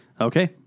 Okay